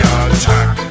attack